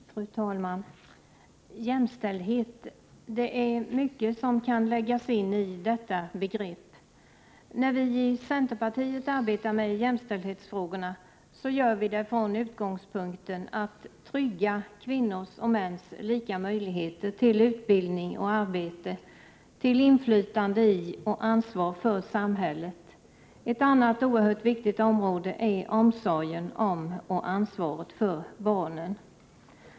Fru talman! Jämställdhet — det är mycket som kan läggas in i detta begrepp. När vi i centerpartiet arbetar med jämställdhetsfrågorna gör vi det från utgångspunkten att trygga kvinnors och mäns lika möjligheter till utbildning och arbete, till inflytande i och ansvar för samhället. Ett annat oerhört viktigt område är omsorgen om och ansvaret för barnen.